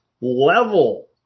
level